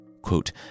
Quote